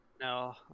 No